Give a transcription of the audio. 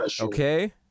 Okay